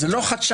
זה לא חדשני.